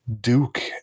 Duke